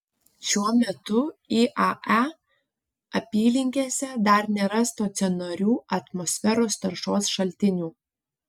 šiuo metu iae apylinkėse dar nėra stacionarių atmosferos taršos šaltinių